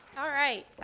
alright,